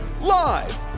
Live